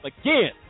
again